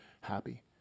happy